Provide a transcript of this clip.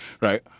right